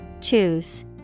Choose